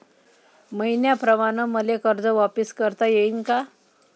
मईन्याप्रमाणं मले कर्ज वापिस करता येईन का?